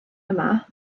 yma